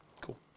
Cool